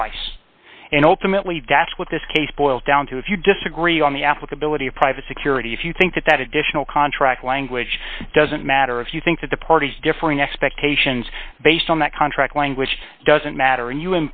twice and ultimately that's what this case boils down to if you disagree on the applicability of private security if you think that that additional contract language doesn't matter if you think that the parties differing expectations based on that contract language doesn't matter